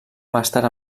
màster